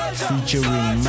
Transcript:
featuring